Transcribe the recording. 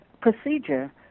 procedure